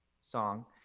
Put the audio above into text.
song